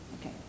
Okay